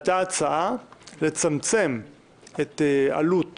עלתה הצעה לצמצם את עלות